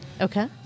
Okay